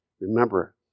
remember